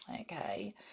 Okay